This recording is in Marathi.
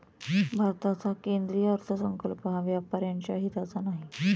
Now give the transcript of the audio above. भारताचा केंद्रीय अर्थसंकल्प हा व्यापाऱ्यांच्या हिताचा नाही